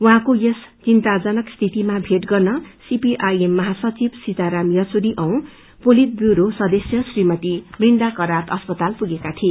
उहाँको यस चिन्ताजनक स्थितिमा भेट गर्न सीपीआईएम महासचिव सीताराम यचुरी औ पोलित ब्यूरो सदस्य श्रीमती वृन्दा करात अस्पताल पुगेको थिए